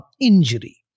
injury